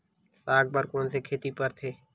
साग बर कोन से खेती परथे?